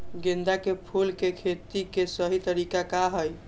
गेंदा के फूल के खेती के सही तरीका का हाई?